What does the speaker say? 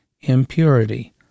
impurity